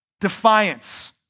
Defiance